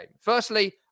Firstly